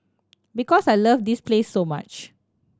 because I love this place so much